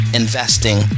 investing